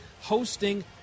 hosting